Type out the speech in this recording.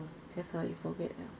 ya sia you forget liao